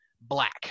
black